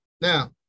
Now